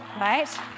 Right